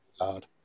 hard